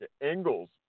angles